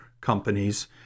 companies